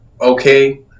okay